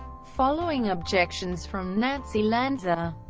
following objections from nancy lanza,